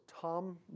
Tom